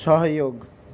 सहयोग